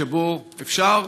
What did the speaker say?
שבו אפשר